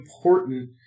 important